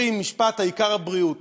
אומרים את המשפט "העיקר הבריאות".